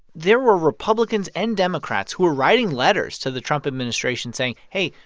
there were republicans and democrats who were writing letters to the trump administration saying, hey,